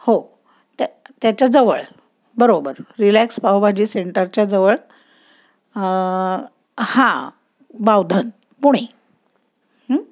हो त्या त्याच्याजवळ बरोबर रिलॅक्स पावभाजी सेंटरच्याजवळ हां बावधन पुणे